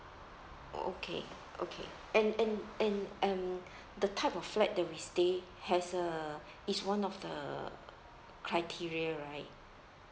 okay okay and and and and the type of flat that we stay has uh is one of the criteria right